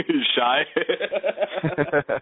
Shy